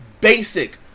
basic